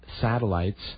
satellites